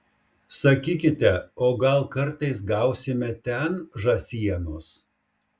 sakykite o gal kartais gausime ten žąsienos